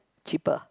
cheaper